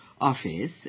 office